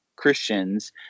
Christians